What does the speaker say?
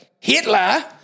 Hitler